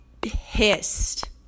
pissed